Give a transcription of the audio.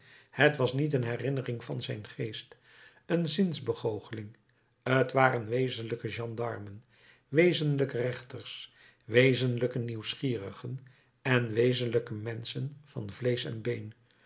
t was niet een herinnering van zijn geest een zinsbegoocheling t waren wezenlijke gendarmen wezenlijke rechters wezenlijke nieuwsgierigen en wezenlijke menschen van vleesch en been